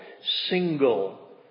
single